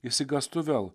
išsigąstu vėl